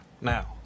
Now